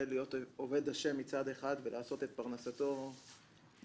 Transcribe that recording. להיות עובד השם מצד אחד ולעשות את פרנסתו ברחבות,